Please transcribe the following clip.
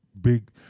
big